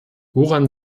woran